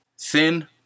thin